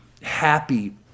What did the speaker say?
happy